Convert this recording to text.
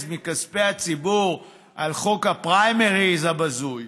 מכספי הציבור על חוק הפריימריז הבזוי,